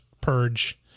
purge